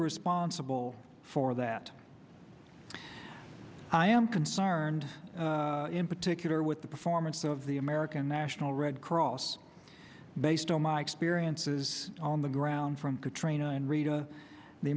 responsible for that i am concerned in particular with the performance of the american national red cross based on my experiences on the ground from katrina and r